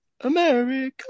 America